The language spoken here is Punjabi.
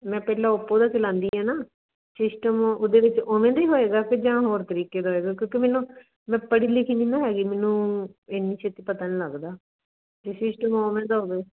ਮੈਂ ਪਹਿਲਾਂ ਓਪੋ ਦਾ ਚਲਾਉਂਦੀ ਹਾਂ ਨਾ ਸਿਸਟਮ ਉਹਦੇ ਵਿੱਚ ਉਵੇਂ ਦਾ ਹੀ ਹੋਵੇਗਾ ਕਿ ਜਾਂ ਹੋਰ ਤਰੀਕੇ ਦਾ ਹੋਏਗਾ ਕਿਉਂਕਿ ਮੈਨੂੰ ਮੈਂ ਪੜ੍ਹੀ ਲਿਖੀ ਨਹੀਂ ਨਾ ਹੈਗੀ ਮੈਨੂੰ ਇੰਨੀ ਛੇਤੀ ਪਤਾ ਨਹੀਂ ਲੱਗਦਾ ਜੇ ਸਿਸਟਮ ਓਵੇਂ ਦਾ ਹੋਵੇ